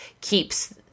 keeps